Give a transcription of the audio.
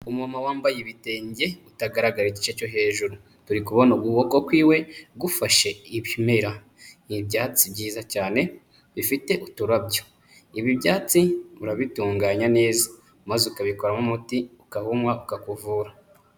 Umu mama wambaye ibitenge bitagaragara igice cyo hejuru, turi kubona ukuboko kwiwe gufashe ibimera n'ibyatsi byiza cyane bifite uturabyo. Ibi byatsi urabitunganya neza maze ukabikoramo umuti ukawunywa ukakuvura.